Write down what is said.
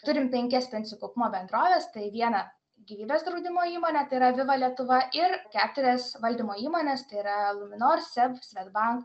turim penkias pensijų kaupimo bendroves tai vieną gyvybės draudimo įmonę tai yra aviva lietuva ir keturias valdymo įmones tai yra luminor seb svedbank